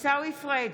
עיסאווי פריג'